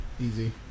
Easy